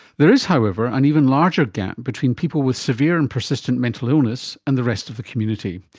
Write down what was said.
there is however an even larger gap between people with severe and persistent mental illness and the rest of the community,